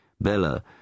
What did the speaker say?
Bella